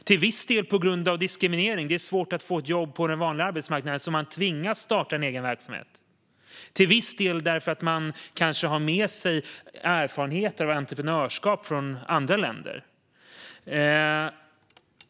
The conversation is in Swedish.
Till viss del beror detta på diskriminering: Det är svårt att få ett jobb på den vanliga arbetsmarknaden, så man tvingas starta en egen verksamhet. Till viss del har det att göra med att man har med sig erfarenheter och entreprenörskap från andra länder.